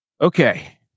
Okay